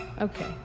Okay